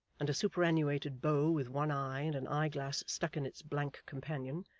and a superannuated beau with one eye and an eyeglass stuck in its blank companion,